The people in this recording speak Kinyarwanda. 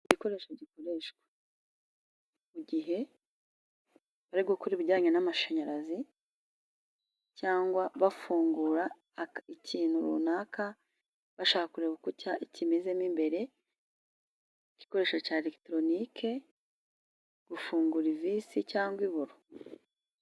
Igikoresho gikoreshwa mu gihe bari gukora ibijyanye n'amashanyarazi, cyangwa bafungura aka ikintu runaka, bashaka kureba uko cya kimeze mo imbere. Igikoresho cya elegitoronike gifungura ivisi cyangwa iburo.